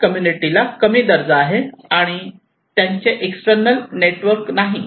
अशा कम्युनिटीला कमी दर्जा आहे आणि त्यांचे एक्स्टर्नल नेटवर्क नाही